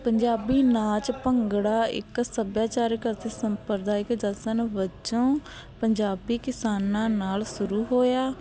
ਪੰਜਾਬੀ ਨਾਚ ਭੰਗੜਾ ਇੱਕ ਸੱਭਿਆਚਾਰਿਕ ਅਤੇ ਸੰਪਰਦਾਇਕ ਜਸ਼ਨ ਵਜੋਂ ਪੰਜਾਬੀ ਕਿਸਾਨਾਂ ਨਾਲ ਸ਼ੁਰੂ ਹੋਇਆ